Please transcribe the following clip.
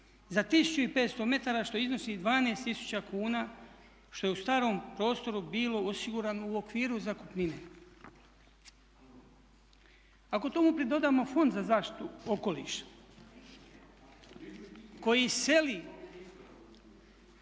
za 1500 metara što iznosi 12000 kuna što je u starom prostoru bilo osigurano u okviru zakupnine. Ako tomu pridodamo Fond za zaštitu okoliša koji seli,